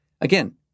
Again